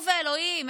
הוא ואלוהים,